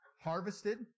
harvested